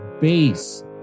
base